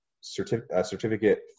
certificate